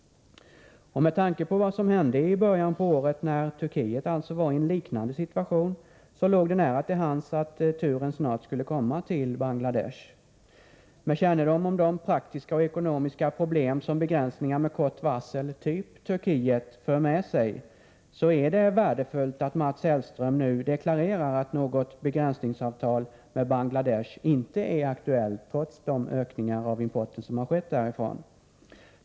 Med tanke på vad som hände i början av året, när Turkiet alltså var i en liknande situation, låg det nära till hands att turen snart skulle komma till Bangladesh. Med kännedom om de praktiska och ekonomiska problem som begränsningar med kort varsel, typ Turkiet, för med sig är det värdefullt att Mats Hellström nu deklarerar att något begränsningsavtal med Bangladesh inte är aktuellt, trots de ökningar av importen som har skett därifrån.